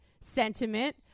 sentiment